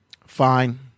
fine